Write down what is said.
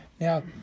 now